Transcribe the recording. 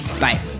bye